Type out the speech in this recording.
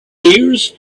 tears